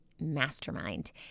Mastermind